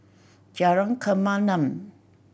Jalan Kemaman